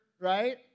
right